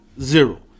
zero